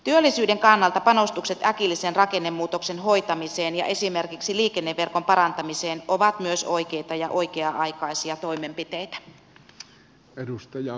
työllisyyden kannalta panostukset äkillisen rakennemuutoksen hoitamiseen ja esimerkiksi liikenneverkon parantamiseen ovat myös oikeita ja oikea aikaisia toimenpiteitä